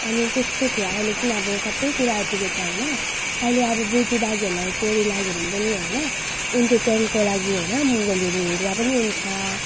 अनि त्यस्तो थियो अहिले चाहिँ अब सबै कुरा आइपुगेको छ होइन अहिले अब बोजुबाजेहरूलाई कोडी लाग्यो भने पनि होइन एन्टरटेनको लागि होइन मोबाइलहरू हेर्दा पनि हुन्छ